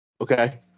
Okay